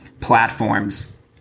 platforms